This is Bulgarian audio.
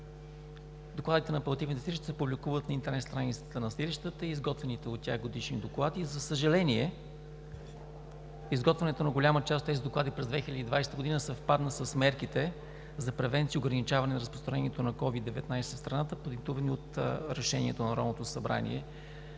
Докладите на апелативните съдилища се публикуват на интернет страницата на съдилищата и изготвените от тях годишни доклади. За съжаление, изготвянето на голяма част от тези доклади през 2020 г. съвпадна с мерките за превенция и ограничаване на разпространението на COVID-19 в страната, продиктувани от решението на Народното събрание